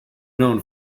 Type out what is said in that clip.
known